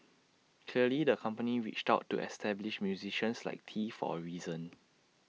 clearly the company reached out to established musicians like tee for A reason